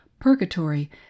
purgatory